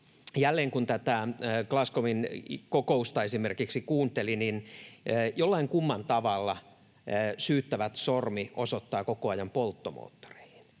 jälleen, kun tätä Glasgow’n kokousta esimerkiksi kuunteli, niin jollain kumman tavalla syyttävä sormi osoittaa koko ajan polttomoottoreihin.